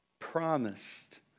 promised